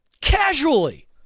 casually